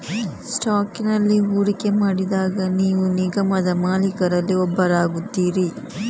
ಸ್ಟಾಕಿನಲ್ಲಿ ಹೂಡಿಕೆ ಮಾಡಿದಾಗ ನೀವು ನಿಗಮದ ಮಾಲೀಕರಲ್ಲಿ ಒಬ್ಬರಾಗುತ್ತೀರಿ